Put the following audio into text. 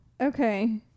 Okay